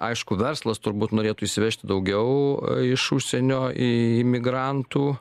aišku verslas turbūt norėtų įsivežti daugiau iš užsienio imigrantų